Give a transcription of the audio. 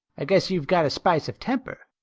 i guess you've got a spice of temper,